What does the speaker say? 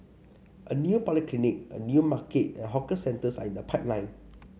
a new polyclinic a new market and hawker centres are in the pipeline